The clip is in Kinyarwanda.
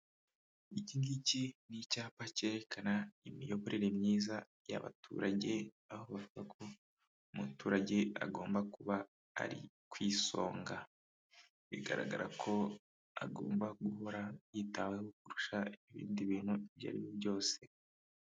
Ikingiki ni icyapa cyerekana imiyoborere myiza y'abaturage aho bavuga ko umuturage agomba kuba ari ku isonga bigaragara ko agomba guhora yitaweho kurusha ibindi bintu ibyo aribyo byose.